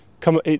come